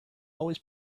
always